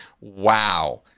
Wow